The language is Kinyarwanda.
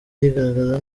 yigaragaza